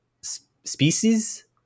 species